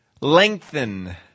lengthen